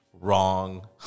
wrong